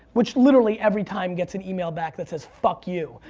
which literally every time gets an email back that says fuck you,